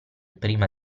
prima